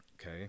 okay